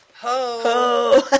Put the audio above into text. ho